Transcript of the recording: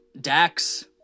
Dax